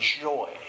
joy